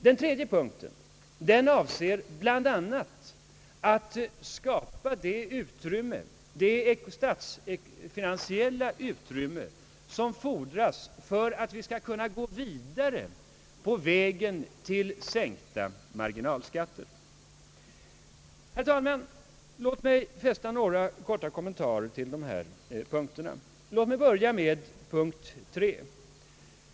Den tredje punkten avser bl.a. att skapa det statsfinansiella utrymme som fordras för att vi skall kunna gå vidare på vägen till sänkta marginalskatter. Herr talman, låt mig knyta några korta kommentarer till dessa punkter, och låt mig börja med punkt 3.